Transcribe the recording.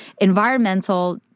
environmental